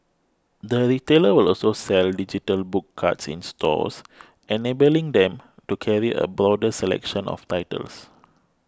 the retailer will also sell digital book cards in stores enabling them to carry a broader selection of titles